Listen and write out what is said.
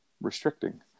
restricting